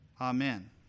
Amen